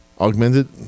Augmented